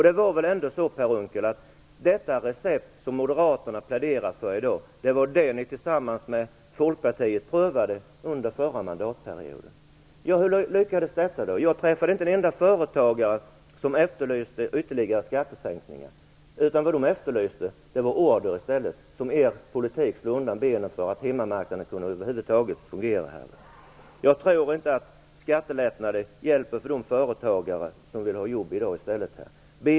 Det var väl ändå så, Per Unckel, att det recept som Moderaterna i dag pläderar för är det ni tillsammans med Folkpartiet prövade under förra mandatperioden? Hur lyckades då detta? Jag träffade inte en enda företagare som efterlyste ytterligare skattesänkningar. Vad de efterlyste var i stället nya order, vilket er politik slog undan benen för, och att hemmamarknaden över huvud taget fungerade. Jag tror inte att skattelättnader hjälper för de företagare som i dag i stället vill ha jobb.